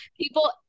people